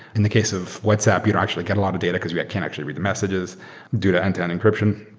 in the case of whatsapp, you don't actually get a lot of data because we can actually read the messages due to end-to end encryption.